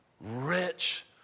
rich